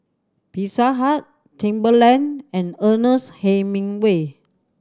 Pizza Hut Timberland and Ernest Hemingway